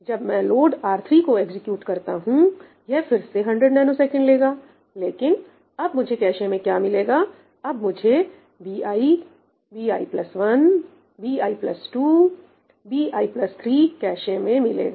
जब मैं load R3 को एग्जीक्यूट करता हूं यह फिर से 100 ns लेगा लेकिन अब मुझे कैशे में क्या मिलेगा अब मुझे bi bi1 bi2 bi3 cache में मिलेगा